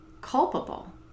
culpable